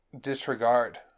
disregard